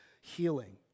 healing